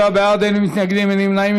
37 בעד, אין מתנגדים, אין נמנעים.